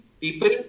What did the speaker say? People